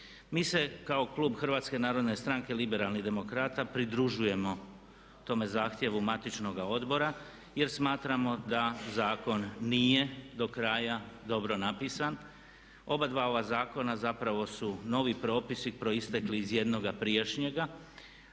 Mi se kao klub HNS-a liberalnih demokrata pridružujemo tome zahtjevu matičnoga odbora jer smatramo da zakon nije do kraja dobro napisan. Obadva ova zakona zapravo su novi propisi proistekli iz jednoga prijašnjega.